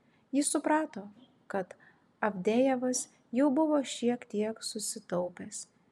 jis suprato kad avdejevas jau buvo šiek tiek susitaupęs